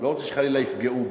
לא רוצה שחלילה יפגעו בו.